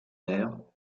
air